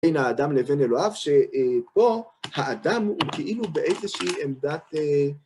בין האדם לבין אלוהיו, שפה האדם הוא כאילו באיזושהי עמדת...